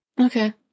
Okay